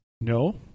no